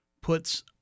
puts